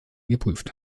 geprüft